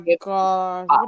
god